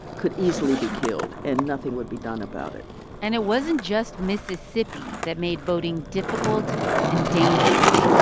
could easily be killed, and nothing would be done about it and it wasn't just mississippi that made voting difficult and dangerous.